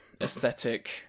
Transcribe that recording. aesthetic